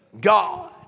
God